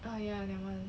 ah ya that one